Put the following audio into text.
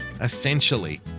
essentially